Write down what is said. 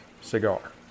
cigar